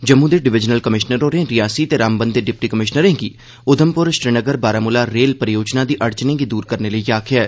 जम्मू दे divisional commissioner होरें रियासी ते रामबन दे डिप्टी कमिशनरें गी उधमप्र श्रीनगर बारामूला रेल परियोजना दी अड़चनें गी दूर करने लेई आखेआ ऐ